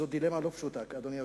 זו דילמה לא פשוטה, אדוני היושב-ראש.